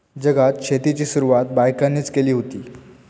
जगात शेतीची सुरवात बायकांनीच केली हुती